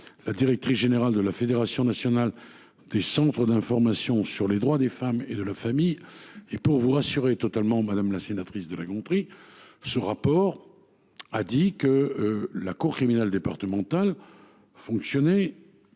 la directrice générale de la Fédération nationale des centres d’information sur les droits des femmes et des familles. Pour vous rassurer totalement, je précise que les auteurs de ce rapport ont souligné que la cour criminelle départementale fonctionnait